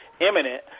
imminent